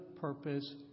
purpose